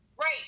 Right